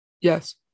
Yes